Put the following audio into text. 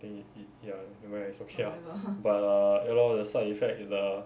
then we eat ya never mind it's okay lah but err ya lor the side effect the